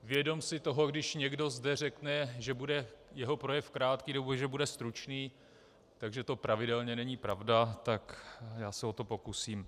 Vědom si toho, že když někdo zde řekne, že bude jeho projev krátký nebo že bude stručný, tak že to pravidelně není pravda tak já se o to pokusím.